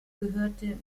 gehörte